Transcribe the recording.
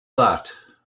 that